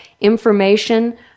information